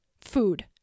food